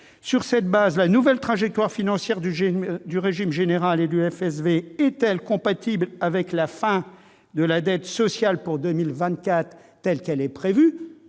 Sur cette base, la nouvelle trajectoire financière du régime général et du FSV est-elle compatible avec la fin de la dette sociale pour 2024, comme cela est prévu ?